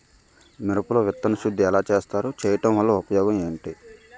మిరప లో విత్తన శుద్ధి ఎలా చేస్తారు? చేయటం వల్ల ఉపయోగం ఏంటి?